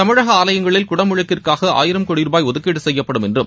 தமிழக ஆலயங்களில் குடமுழுக்கிற்காக ஆயிரம் கோடி ருபாய் ஒதுக்கீடு செய்யப்படும் என்றம்